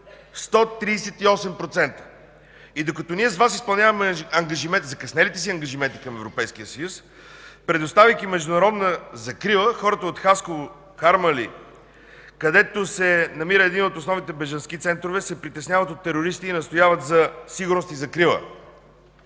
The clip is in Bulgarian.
138%. И докато ние с Вас изпълняваме закъснелите си ангажименти към Европейския съюз, предоставяйки международна закрила, хората от Хасково, Харманли, където се намира един от основните бежански центрове, се притесняват от терористи и настояват за сигурност и закрила.